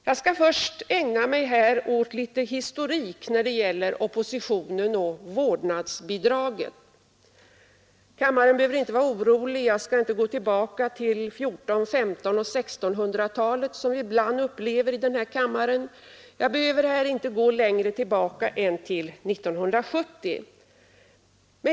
Jag skall i det sammanhanget ägna mig åt litet historik när det gäller oppositionen och vårdnadsbidraget. Kammarens ledamöter behöver dock inte vara oroliga, jag skall inte gå tillbaka till 1400-, 1500 och 1600-talen, som vi ju ibland får uppleva att man gör här i kammaren. Jag behöver inte gå längre tillbaka än till 1970.